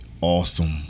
awesome